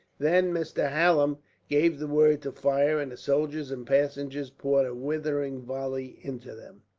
then mr. hallam gave the word to fire, and the soldiers and passengers poured a withering volley into them.